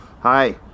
Hi